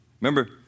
Remember